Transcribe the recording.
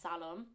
salon